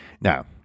Now